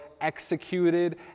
executed